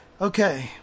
Okay